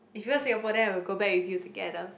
if you come Singapore then I will go back with you together